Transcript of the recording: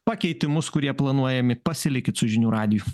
pakeitimus kurie planuojami pasilikit su žinių radiju